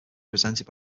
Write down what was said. presented